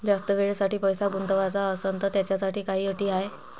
जास्त वेळेसाठी पैसा गुंतवाचा असनं त त्याच्यासाठी काही अटी हाय?